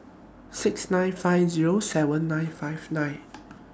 six nine five Zero seven nine five nine